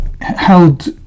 held